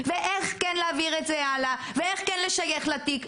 איך להעביר את זה הלאה ואיך לשייך את זה לתיק.